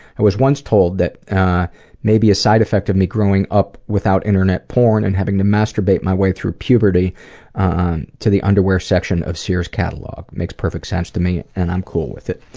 i was once told that maybe a side effect of me growing up without internet porn and having to masturbate my way through puberty to the underwear section of sears catalogue. makes perfect sense to me and i'm cool with it.